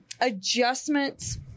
adjustments